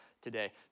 today